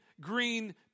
green